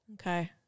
Okay